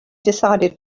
decided